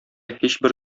һичбер